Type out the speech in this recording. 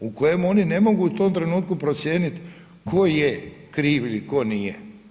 U kojem oni ne mogu u tom trenutku procijeniti tko je krivlji, tko nije.